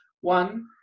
one